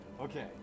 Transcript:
okay